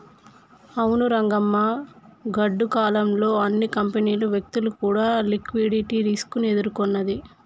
అవును రంగమ్మ గాడ్డు కాలం లో అన్ని కంపెనీలు వ్యక్తులు కూడా లిక్విడిటీ రిస్క్ ని ఎదుర్కొన్నది